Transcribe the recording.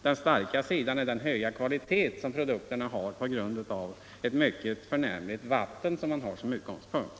Den starka sidan är den höga kvaliteten hos produkterna på grund av ett förnämligt vatten som man har som utgångspunkt.